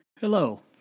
Hello